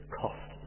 cost